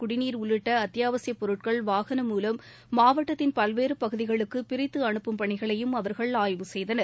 குடிநீர் உள்ளிட்டஅத்தியாவசியப் பொருட்கள் வாகனம் மூலம் மாவட்டத்தின் பல்வேறுபகுதிகளுக்குபிரித்துஅனுப்பும் பணிகளையும் அவர்கள் ஆய்வு செய்தனர்